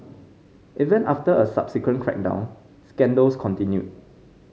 even after a subsequent crackdown scandals continued